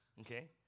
okay